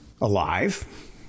alive